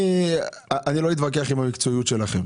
אני לא אתווכח עם המקצועיות שלכם